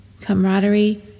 camaraderie